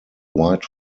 white